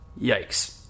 Yikes